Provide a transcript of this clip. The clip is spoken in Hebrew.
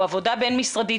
או עבודה בין משרדית,